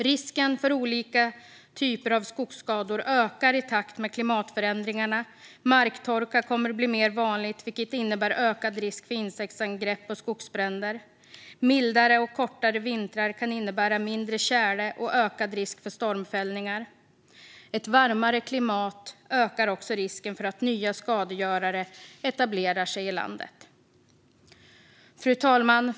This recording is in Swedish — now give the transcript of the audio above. Risken för olika typer av skogsskador ökar i takt med klimatförändringarna. Marktorka kommer att bli vanligare, vilket innebär ökad risk för insektsangrepp och skogsbränder. Mildare och kortare vintrar kan innebära mindre tjäle och ökad risk för stormfällningar. Ett varmare klimat ökar också risken för att nya skadegörare etablerar sig i landet. Fru talman!